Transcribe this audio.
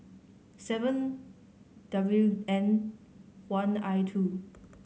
seven W N one I two